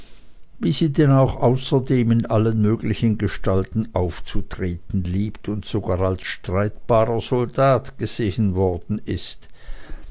wie sie denn auch außerdem in allen möglichen gestalten aufzutreten liebt und sogar als streitbarer soldat gesehen worden ist